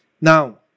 Now